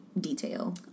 detail